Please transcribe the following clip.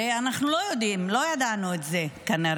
הרי אנחנו לא יודעים, לא ידענו את זה כנראה,